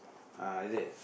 uh இது:ithu